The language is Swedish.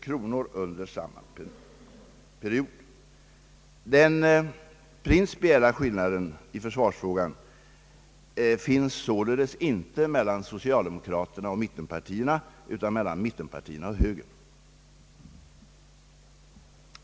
Därför föreligger i dag inte den principiella skillnaden i försvarsfrågan mellan socialdemokrater och mittenpartister, utan mellan mittenpartierna och högern.